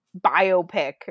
biopic